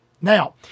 Now